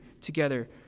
together